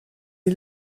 est